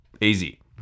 Easy